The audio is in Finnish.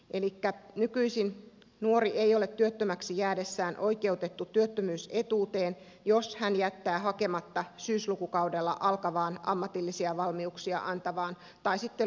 elikkä nykyisin nuori ei ole työttömäksi jäädessään oikeutettu työttömyysetuuteen jos hän jättää hakematta syyslukukaudella alkavaan ammatillisia valmiuksia antavaan koulutukseen tai lukiokoulutukseen